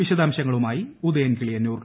വിശദാംശങ്ങളുമായി ഉദയൻ കിളിയന്നൂർ